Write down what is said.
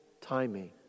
timing